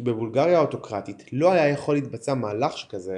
כי בבולגריה האוטוקרטית לא יכול היה להתבצע מהלך שכזה